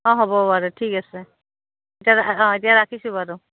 অঁ হ'ব বাৰু ঠিক আছে এতিয়া অঁ এতিয়া ৰাখিছোঁ বাৰু